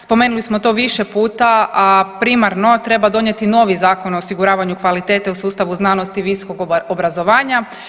Spomenuli smo to više puta, a primarno treba donijeti novi Zakon o osiguravanju kvalitete u sustavu znanosti, visokog obrazovanja.